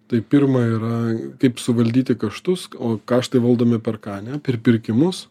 tai pirma yra kaip suvaldyti kaštus o kaštai valdomi per ką ane per pirkimus